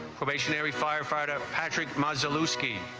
stationary firefighter patrick modular scheme